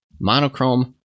monochrome